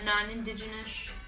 Non-indigenous